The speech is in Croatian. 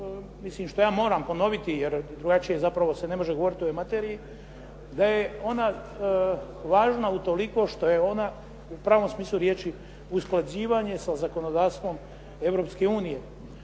mislim što ja moram ponoviti jer drugačije zapravo se ne može govoriti o ovoj materiji, da je ona važna utoliko što je ona u pravom smislu riječi usklađivanje sa zakonodavstvom Europske unije.